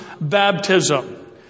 baptism